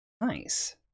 nice